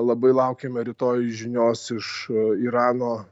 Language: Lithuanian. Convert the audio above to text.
labai laukiame rytoj žinios iš irano